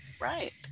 Right